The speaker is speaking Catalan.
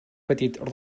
petit